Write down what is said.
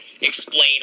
explain